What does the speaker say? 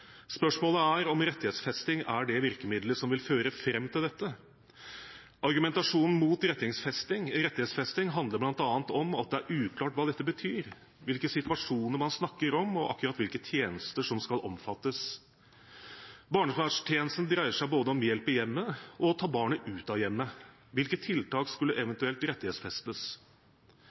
Spørsmålet er om rettighetsfesting er det virkemidlet som vil føre fram til dette. Argumentasjonen mot rettighetsfesting handler bl.a. om at det er uklart hva dette betyr, hvilke situasjoner man snakker om, og akkurat hvilke tjenester som skal omfattes. Barnevernstjenesten dreier seg både om hjelp i hjemmet og å ta barnet ut av hjemmet. Hvilke tiltak skulle